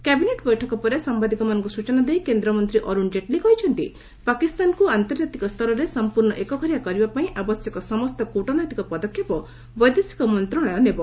cabinet ବୈଠକ ପରେ ସାମ୍ବାଦିକମାନଙ୍କୁ ସୂଚନା ଦେଇ କେନ୍ଦ୍ରମନ୍ତ୍ରୀ ଅରୁଣ ଜେଟ୍ଲୀ କହିଛନ୍ତି ପାକିସ୍ତାନକୁ ଆନ୍ତର୍ଜାତିକ ସ୍ତରରେ ସଂପ୍ରର୍ଣ୍ଣ ଏକଘରିଆ କରିବା ପାଇଁ ଆବଶ୍ୟକ ସମସ୍ତ କ୍ରଟନୈତିକ ପଦକ୍ଷେପ ବୈଦେଶିକ ମନ୍ତ୍ରଣାଳୟ ନେବ